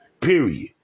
Period